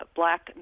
black